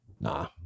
nah